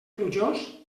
plujós